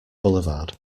boulevard